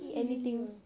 ah really